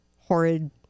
horrid